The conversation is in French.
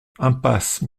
impasse